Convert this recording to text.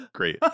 Great